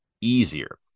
easier